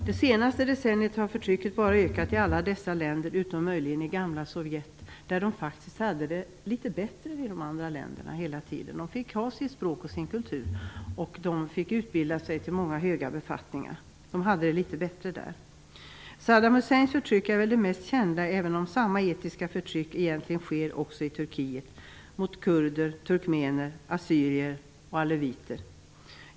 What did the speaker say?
Det senaste decenniet har förtrycket bara ökat i alla dessa länder - utom möjligen i det gamla Sovjetunionen där kurderna faktiskt hela tiden haft det litet bättre än i de andra länderna. Där fick de ha sitt språk och sin kultur och de fick utbilda sig till många höga befattningar. Saddam Husseins förtryck är väl det mest kända, även om samma etniska förtryck egentligen sker också i Turkiet mot kurder, turkmener, assyrier och aleviter.